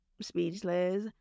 speechless